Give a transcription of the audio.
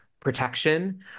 Protection